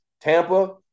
Tampa